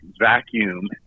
vacuum